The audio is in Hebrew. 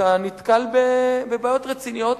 אתה נתקל בבעיות רציניות,